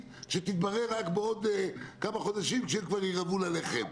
שתתברר רק בעוד כמה חודשים כאשר כבר ירעבו ללחם.